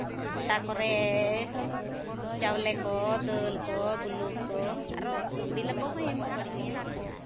ᱠᱳᱴᱟ ᱠᱚᱨᱮ ᱪᱟᱣᱞᱮ ᱠᱚ ᱫᱟᱹᱞ ᱠᱚ ᱵᱩᱞᱩᱝ ᱠᱚ ᱟᱨᱚ ᱞᱩᱜᱽᱲᱤ ᱞᱟᱯᱚ ᱦᱚᱭ ᱮᱢᱚᱜ ᱠᱟᱱ ᱜᱮᱭᱟ